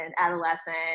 adolescent